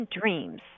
dreams